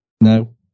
No